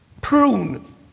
prune